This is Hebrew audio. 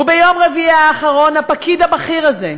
וביום רביעי האחרון, הפקיד הבכיר הזה,